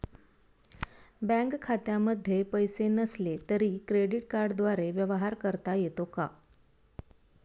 Bank खात्यामध्ये पैसे नसले तरी क्रेडिट कार्डद्वारे व्यवहार करता येतो का?